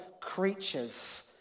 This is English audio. creatures